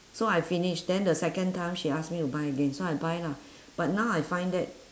so I finished then the second time she ask me to buy again so I buy lah but now I find that